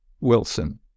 Wilson